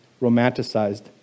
romanticized